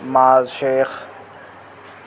معاذ شیخ